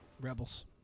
Rebels